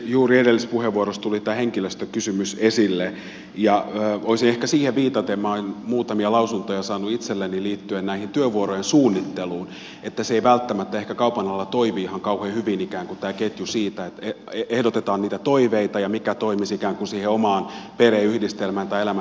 juuri edellisessä puheenvuorossa tuli tämä henkilöstökysymys esille ja olisin ehkä siihen viitannut minä olen muutamia lausuntoja saanut itselleni liittyen tähän työvuorojen suunnitteluun että se ei välttämättä ehkä kaupan alalla ikään kuin toimi ihan kauhean hyvin tämä ketju että ehdotetaan niitä toiveita mikä toimisi ikään kuin siihen omaan perheyhdistelmään tai elämäntilanteeseen